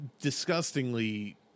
disgustingly